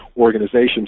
organizations